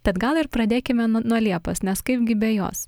tad gal ir pradėkime n nuo liepos nes kaipgi be jos